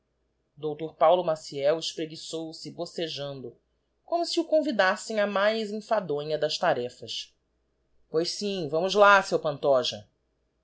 dr paulo maciel espreguiçou-se bocejando como si o convidassem á mais enfadonha das tarefas pois sim vamos lá seu pantoja o